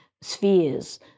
spheres